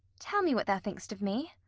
tell me what thou think'st of me.